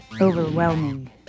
overwhelming